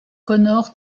connor